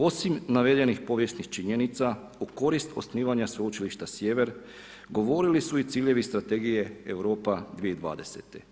Osim navedenih povijesnih činjenica u korist osnivanja Sveučilišta Sjever govorili su i ciljevi strategije Europa 2020.